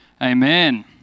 Amen